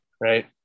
Right